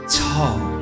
tall